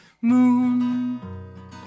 Moon